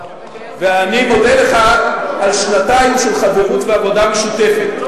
ואני מודה לך על שנתיים של חברות ועבודה משותפת.